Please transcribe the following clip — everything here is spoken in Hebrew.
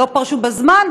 הם לא פרשו בזמן,